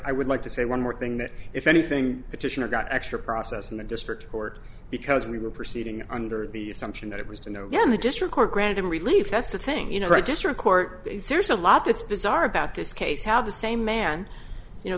i would like to say one more thing that if anything additional got extra process in the district court because we were proceeding under the assumption that it was to know when the district court granted them relief that's the thing you know register in court there's a lot that's bizarre about this case how the same man you know